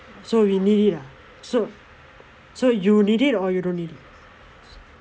so we need it lah so so you need it or you don't need it